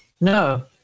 No